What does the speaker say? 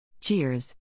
Cheers